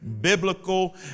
Biblical